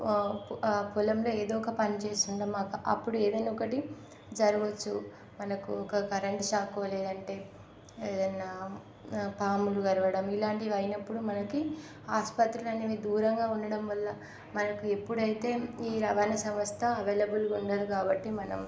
పొలంలో ఏదో ఒక పని చేస్తుంటాం అప్పుడు ఏదైనా ఒకటి జరగవచ్చు మనకు ఒక కరెంట్ షాక్ లేదంటే ఏదన్నా పాములు కరవడం ఇలాంటివి అయినప్పుడు మనకి ఆసుపత్రులు అనేవి దూరంగా ఉండటం వల్ల మనకు ఎప్పుడైతే ఈ రవాణా సంస్థ అవైలబుల్గా ఉండదు కాబట్టి మనం